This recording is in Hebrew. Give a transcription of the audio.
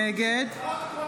נגד אבי